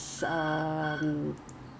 比较好 right a lot better than